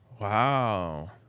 Wow